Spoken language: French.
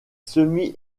semi